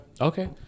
Okay